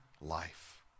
Life